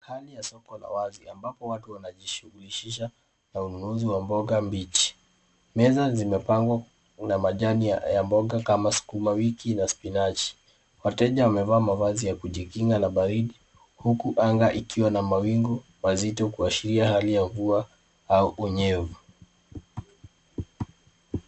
Hali ya soko ya wazi ambapo watu wanajishughulishisha na ununuzi wa mboga mbichi. Meza zimepangwa na majani ya mboga kama sukuma wiki na spinachi. Wateja wamevaa mavazi ya kujikinga na baridi huku angaa ikiwa na mawingu mazito kuashiria hali ya mvua au unyevu.